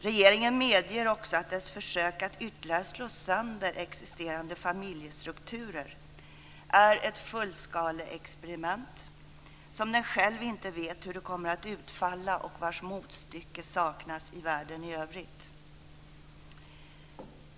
Regeringen medger också att dess försök att ytterligare slå sönder existerande familjestrukturer är ett fullskaleexperiment som den själv inte vet hur det kommer att utfalla och vars motstycke saknas i världen i övrigt.